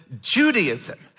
Judaism